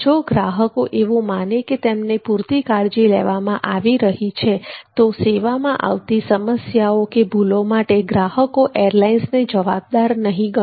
જો ગ્રાહકો એવું માને કે તેમને પૂરતી કાળજી લેવામાં આવી રહી છે તો સેવામાં આવતી સમસ્યાઓ કે ભૂલો માટે ગ્રાહકો એરલાઇન્સને જવાબદાર નહીં ગણે